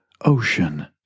ocean